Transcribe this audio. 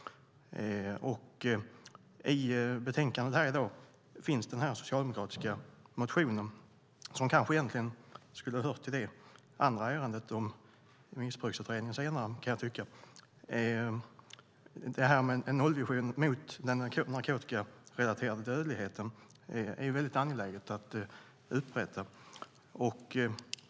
I betänkandet här i dag finns en socialdemokratisk motion som kanske egentligen skulle ha hört till det andra ärendet om missbruksutredningen senare, kan jag tycka. Detta med en nollvision för den narkotikarelaterade dödligheten är väldigt angeläget att upprätta.